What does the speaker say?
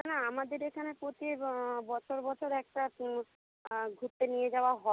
হ্যাঁ আমাদের এখানে প্রতি বছর বছর একটা ঘুরতে নিয়ে যাওয়া হয়